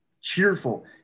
cheerful